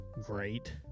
great